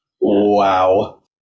Wow